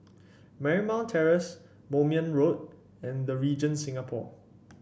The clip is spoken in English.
Marymount Terrace Moulmein Road and The Regent Singapore